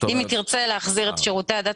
אם היא תרצה להחזיר את שירותי הדת